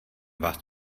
vás